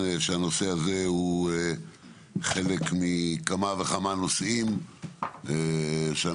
הנושא הזה הוא חלק מכמה וכמה נושאים שאנחנו